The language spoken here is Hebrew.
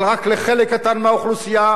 אבל רק לחלק קטן מהאוכלוסייה,